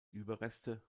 überreste